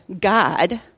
God